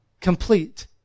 complete